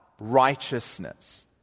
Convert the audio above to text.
righteousness